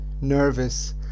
nervous